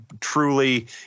truly